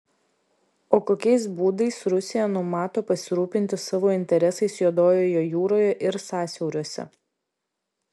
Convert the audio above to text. o kokiais būdais rusija numato pasirūpinti savo interesais juodojoje jūroje ir sąsiauriuose